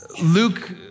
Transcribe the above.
Luke